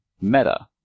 Meta